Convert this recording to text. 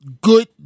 good